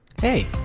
Hey